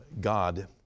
God